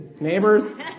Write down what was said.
neighbors